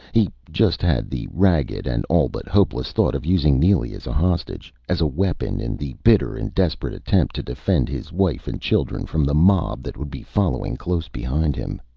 he just had the ragged and all but hopeless thought of using neely as a hostage as a weapon in the bitter and desperate attempt to defend his wife and children from the mob that would be following close behind him.